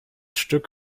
stück